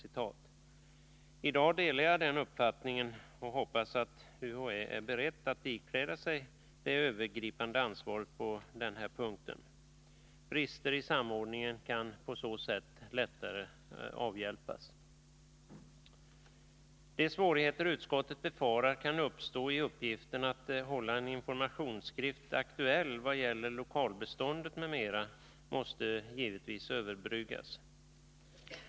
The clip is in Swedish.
I dag delar jag den uppfattningen och hoppas att UHÄ är berett att ikläda sig det övergripande ansvaret på denna punkt. Brister i samordningen kan på så sätt lättare avhjälpas. De svårigheter som utskottet befarar kan uppstå beträffande uppgiften att hålla en informationsskrift aktuell i vad gäller lokalbeståndet m.m. måste givetvis överbryggas.